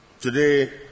Today